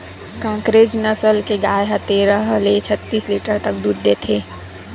कांकरेज नसल के गाय ह तेरह ले छत्तीस लीटर तक दूद देथे